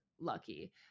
lucky